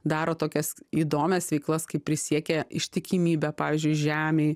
daro tokias įdomias veiklas kai prisiekia ištikimybę pavyzdžiui žemei